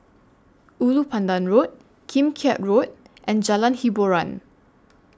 Ulu Pandan Road Kim Keat Road and Jalan Hiboran